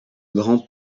grand